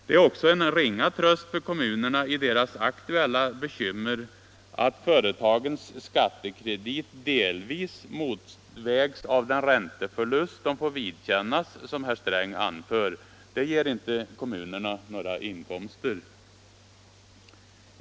Det är också en ringa tröst för kommunerna i deras aktuella bekymmer att företagens skattekredit delvis motvägs av den ränteförlust de får vidkännas, som herr Sträng anför. Det ger inte kommunerna några inkomster.